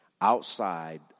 outside